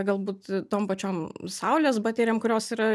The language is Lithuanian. galbūt tom pačiom saulės baterijom kurios yra